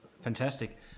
fantastic